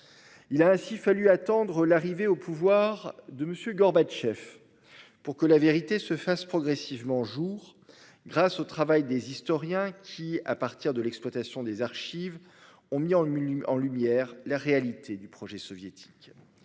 Il a ainsi fallu attendre l'arrivée au pouvoir de Monsieur Gorbatchev, pour que la vérité se fasse progressivement jour grâce au travail des historiens qui à partir de l'exploitation des archives ont mis en le mis en lumière les réalités du projet soviétique.